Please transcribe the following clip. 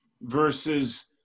versus